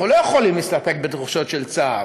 אנחנו לא יכולים להסתפק בתחושת צער,